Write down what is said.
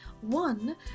one